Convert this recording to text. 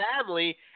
family